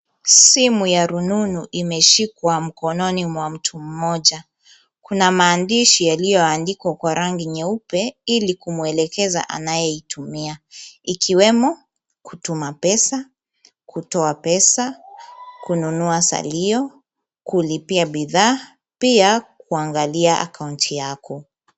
Simu ya rununu imeshikwa mknoni mwa mtu mmoja. Kuna maandishi yaliyoandikwa kwa rangi nyeupe, ili kumwelekeza anayeitumia ikiwemo kutuma pesa, kutoa pesa, kununua salio, kulipia bidhaa, pia kuangalia akaunti yako.